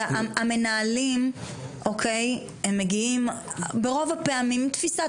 שלו --- המנהלים מגיעים ברוב הפעמים עם תפיסת